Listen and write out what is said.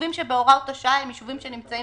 היישובים שבהוראת השעה הם יישובים שנמצאים